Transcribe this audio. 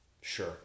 Sure